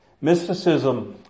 Mysticism